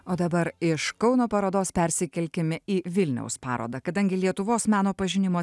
o dabar iš kauno parodos persikelkim į vilniaus parodą kadangi lietuvos meno pažinimo